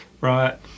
right